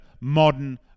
modern